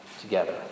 together